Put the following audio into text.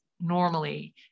normally